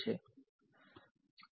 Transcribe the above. વિદ્યાર્થી અમારી પાસે આ છે